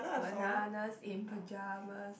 Bananas in Pyjamas